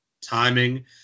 timing